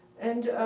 and